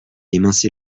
émincer